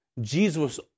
Jesus